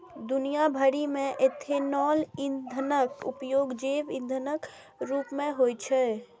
दुनिया भरि मे इथेनॉल ईंधनक उपयोग जैव ईंधनक रूप मे होइ छै